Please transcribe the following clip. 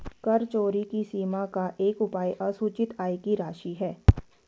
कर चोरी की सीमा का एक उपाय असूचित आय की राशि है